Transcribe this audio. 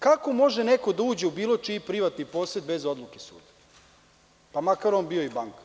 Kako može neko da uđe u bilo čiji privatni posed bez odluke suda pa makar on bio i banka?